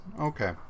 Okay